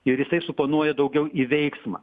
ir jisai suponuoja daugiau į veiksmą